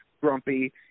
grumpy